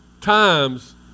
times